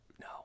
No